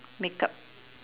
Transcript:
make up